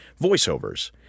voiceovers